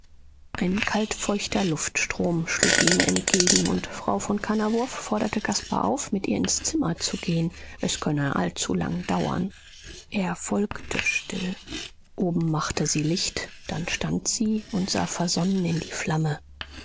ein kaltfeuchter luftstrom schlug ihnen entgegen und frau von kannawurf forderte caspar auf mit ihr ins zimmer zu gehen es könne allzulang dauern er folgte still oben machte sie licht dann stand sie und sah versonnen in die flamme